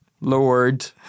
lord